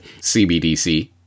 CBDC